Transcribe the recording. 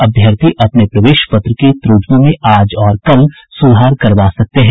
अभ्यर्थी अपने प्रवेश पत्र की त्रुटियों में आज और कल सुधार करवा सकते हैं